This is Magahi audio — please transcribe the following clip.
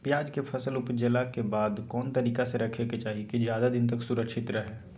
प्याज के फसल ऊपजला के बाद कौन तरीका से रखे के चाही की ज्यादा दिन तक सुरक्षित रहय?